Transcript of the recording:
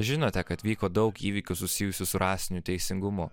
žinote kad vyko daug įvykių susijusių su rasiniu teisingumu